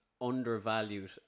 undervalued